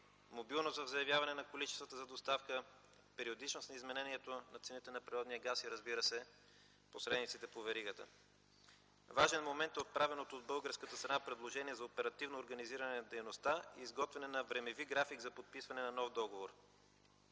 мобилното заявяване на количествата за доставка, периодичност на изменението на цените на природния газ и, разбира се, посредниците по веригата. Важен момент е отправеното от българската страна предложение за оперативно организиране на дейността и изготвяне на времеви график за подписване на нов договор.